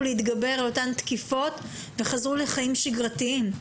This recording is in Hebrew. להתגבר על אותן תקיפות וחזרו לחיים שגרתיים.